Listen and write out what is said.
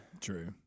True